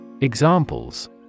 Examples